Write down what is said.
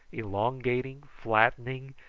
elongating, flattening,